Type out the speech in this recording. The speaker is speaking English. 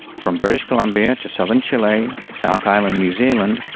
from british columbia, to southern chile, south island new zealand,